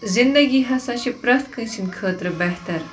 زِنٛدگی ہسا چھِ پرٛتھ کٲنٛسہِ ہٕنٛدِ خٲطرٕ بہتر